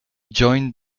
joined